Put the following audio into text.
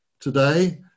today